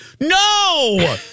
no